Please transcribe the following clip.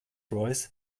royce